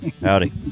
Howdy